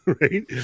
right